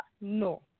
No